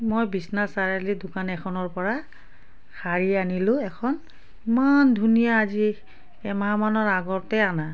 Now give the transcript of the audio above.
মই বিশ্বনাথ চাৰিআলিৰ দোকান এখনৰপৰা শাৰী আনিলোঁ এখন ইমান ধুনীয়া আজি এমাহমানৰ আগতেই অনা